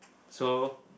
so